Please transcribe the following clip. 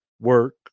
work